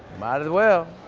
might as well.